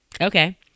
okay